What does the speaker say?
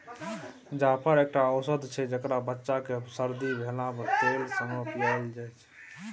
जाफर एकटा औषद छै जकरा बच्चा केँ सरदी भेला पर तेल संगे पियाएल जाइ छै